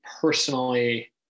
personally